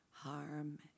harm